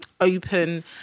open